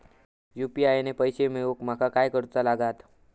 UPI ने पैशे मिळवूक माका काय करूचा लागात?